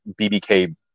BBK